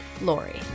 Lori